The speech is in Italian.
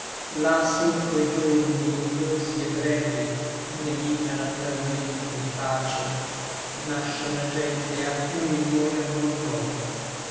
là sotto i giorni nubilosi et brevi nemica natural mente di pace nasce una gente a cui il morir non dole